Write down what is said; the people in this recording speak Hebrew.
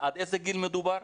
עד איזה גיל מדובר?